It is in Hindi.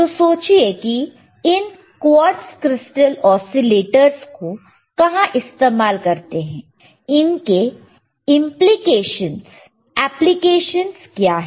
तो सोचिए कि इन क्वार्ट्ज क्रिस्टल ओसीलेटरस को कहां इस्तेमाल करते हैं इनके एप्लीकेशंस क्या है